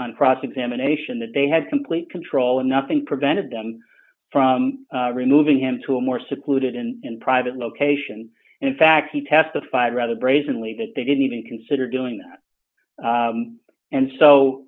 on cross examination that they had complete control and nothing prevented them from removing him to a more secluded and private location and in fact he testified rather brazenly that they didn't even consider doing that and so